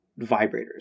vibrators